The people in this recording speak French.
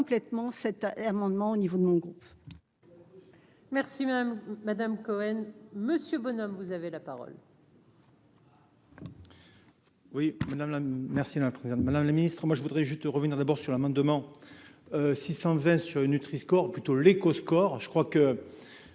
complètement cet amendement au niveau de mon goût. Merci madame madame Cohen Monsieur Bonhomme, vous avez la parole. Oui, madame la merci la présidente, Madame le Ministre, moi je voudrais juste revenir d'abord sur l'amendement 600 Weiss nutriscore plutôt l'éco-score je crois que